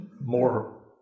more